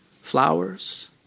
Flowers